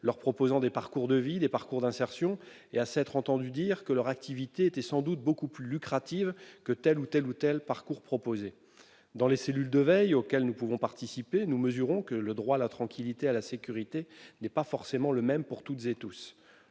avoir proposé des parcours de vie et d'insertion et à nous être entendus répondre que leur activité était sans doute beaucoup plus lucrative que tel ou tel parcours ? Dans les cellules de veille auxquelles nous participons, nous mesurons que le droit à la tranquillité et à la sécurité n'est pas forcément le même pour tous.